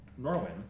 Norwin